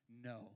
No